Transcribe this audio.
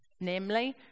namely